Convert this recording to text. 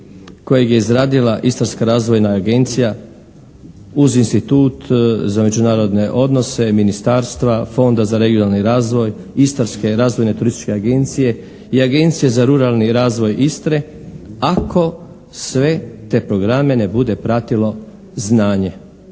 kojeg je izradila Istarska razvojna agencija uz Institut za međunarodne odnose Ministarstva, Fonda za regionalni razvoj Istarske razvojne turističke agencije i Agencije za ruralni razvoj Istre ako sve te programe ne bude pratilo znanje